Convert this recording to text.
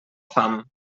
fam